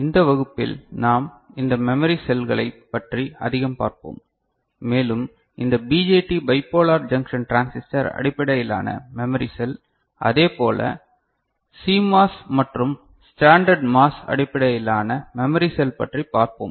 இந்த வகுப்பில் நாம் இந்த மெமரி செல்களைப் பற்றி அதிகம் பார்ப்போம் மேலும் இந்த பிஜேடி பைப்போலார் ஜங்க்ஷன் டிரான்சிஸ்டர் அடிப்படையிலான மெமரி செல் அதே போல் CMOS மற்றும் ஸ்டாண்டர்ட் MOS அடிப்படையிலான மெமரி செல் பற்றிப் பார்ப்போம்